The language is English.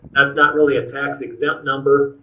that's not really a tax exempt number.